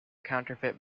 counterfeit